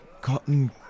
cotton